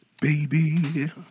baby